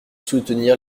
soutenir